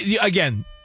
again